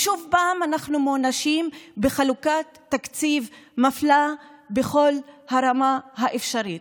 ושוב אנחנו מוענשים בחלוקת תקציב מפלה בכל הרמות האפשריות.